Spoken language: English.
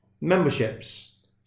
Memberships